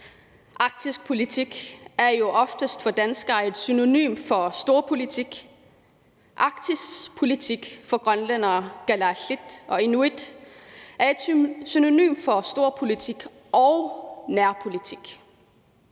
Arktisk politik er jo oftest for danskere et synonym for storpolitik. Arktisk politik for grønlændere, kalaallit og inuit, er et synonym for storpolitik og nærpolitik,